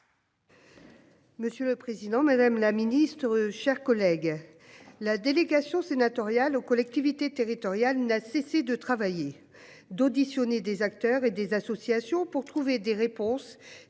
Monsieur le président, madame la ministre, chers collègues, la délégation sénatoriale aux collectivités territoriales, n'a cessé de travailler d'auditionner des acteurs et des associations pour trouver des réponses,